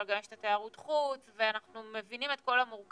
אבל גם יש את תיירות החוץ ואנחנו מבינים את כל המורכבויות,